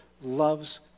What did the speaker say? loves